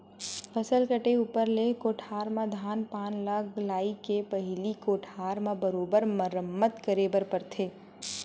फसल कटई ऊपर ले कठोर म धान पान ल लाए के पहिली कोठार के बरोबर मरम्मत करे बर पड़थे